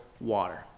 water